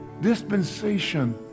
dispensation